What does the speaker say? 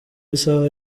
isaha